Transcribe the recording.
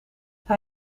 hij